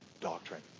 doctrine